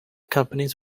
companies